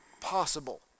possible